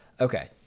Okay